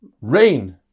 Rain